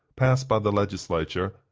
passed by the legislature,